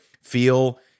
feel